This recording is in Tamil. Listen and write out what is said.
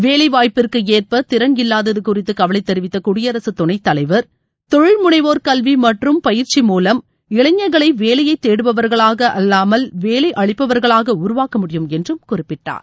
வேலைவாய்ப்பிற்கு ஏற்ப திறன் இல்லாதது குறித்து கவலை தெரிவித்த குடியரசுத் துணைத் தலைவர் தொழில் முனைவோர் கல்வி மற்றும் பயிற்சி மூலம் இளைஞர்களை வேலையை தேடுபவர்களாக அல்லாமல் வேலை அளிப்பவர்களாக உருவாக்க முடியும் என்று குறிப்பிட்டார்